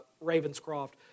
Ravenscroft